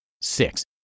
Six